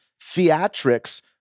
theatrics